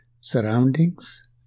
surroundings